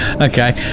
Okay